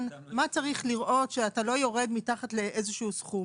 מה צריך לראות שאתה לא יורד מתחת לאיזה שהוא סכום.